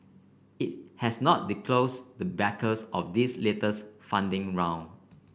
it has not disclose the backers of its latest funding round